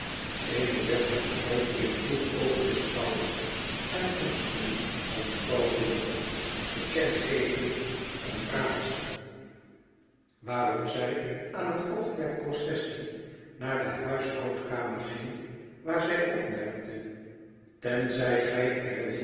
eene deftige huivering voer over de schouders en handschoenen van mevrouw wilfer te kennen gevende teen raadsel waarop zij aan het hoofd der processie naar de huishoudkamer ging waar zij opmerkte tenzij gij